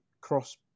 cross